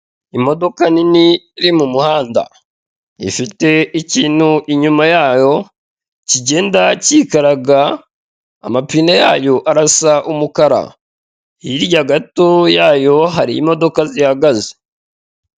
Imodoka nini iri mu muhanda, ifite ikintu, inyuma yayo kigenda kikaraga, amapine yayo arasa umukara, hirya gato yayo hari imodoka zihagaze.